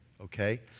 Okay